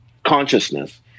consciousness